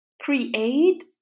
create